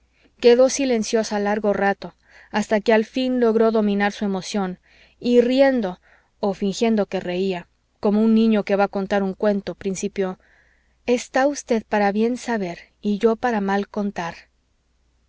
quedó silenciosa largo rato hasta que al fin logró dominar su emoción y riendo o fingiendo que reía como un niño que va a contar un cuento principió está usted para bien saber y yo para mal contar